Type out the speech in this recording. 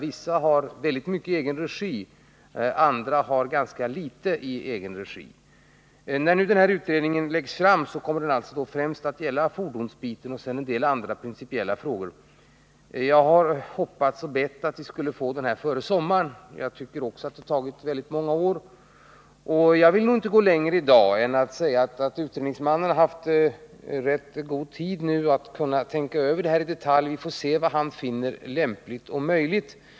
Vissa har väldigt mycket i egen regi, andra ytterst litet. När nu den här utredningens delbetänkande läggs fram kommer det främst att gälla fordonsbiten och en del andra frågor. Jag har bett att delbetänkandet skall komma före sommaren. Jag tycker också att utredningen har tagit väldigt många år. I dag vill jag nog inte gå längre än att säga att utredningsmannen har haft rätt god tid på sig att kunna tänka över de här problemen i detalj. Vi får se vad han finner lämpligt och möjligt.